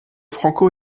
franco